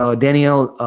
ah danielle,